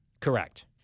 Correct